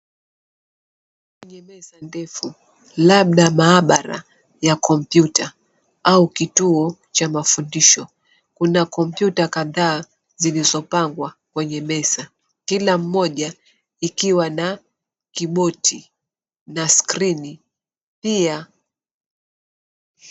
...Kwenye meza ndefu, labda mahabaraa kompyuta au kituo cha mafundisho. Kuna kompyuta kadhaa zilizopangwa kwenye meza. Kila moja ikiwa na kiboti na skrin.